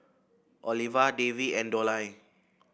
Oliva Davey and Dollye